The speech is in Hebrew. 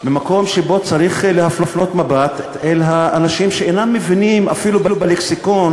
ממקום שבו צריך להפנות מבט אל האנשים שאינם מבינים אפילו בלקסיקון